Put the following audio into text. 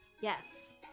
Yes